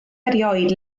erioed